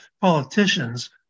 politicians